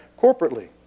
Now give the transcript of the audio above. corporately